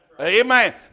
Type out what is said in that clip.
Amen